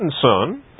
son